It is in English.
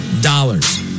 dollars